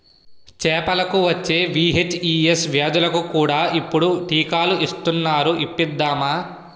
చేపలకు వచ్చే వీ.హెచ్.ఈ.ఎస్ వ్యాధులకు కూడా ఇప్పుడు టీకాలు ఇస్తునారు ఇప్పిద్దామా